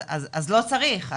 אז לא צריך,